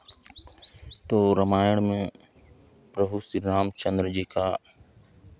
तो रामायण में प्रभु श्री राम चंद्र जी का